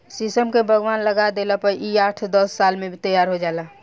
शीशम के बगवान लगा देला पर इ आठ दस साल में तैयार हो जाला